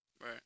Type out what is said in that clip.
Right